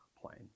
plane